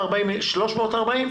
כלל בתי החולים